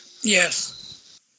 Yes